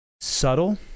subtle